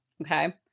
Okay